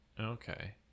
Okay